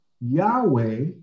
Yahweh